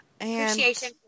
Appreciation